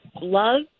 love